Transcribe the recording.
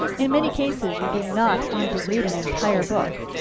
in many cases you do not need to read an entire book.